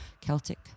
Celtic